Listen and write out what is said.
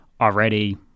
already